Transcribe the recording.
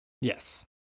Yes